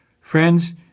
Friends